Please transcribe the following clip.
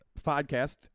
podcast